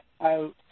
out